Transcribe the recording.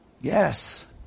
Yes